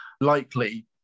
likely